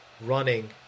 running